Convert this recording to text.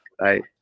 right